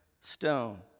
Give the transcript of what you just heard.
stone